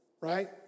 right